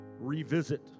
revisit